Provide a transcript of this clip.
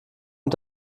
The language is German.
und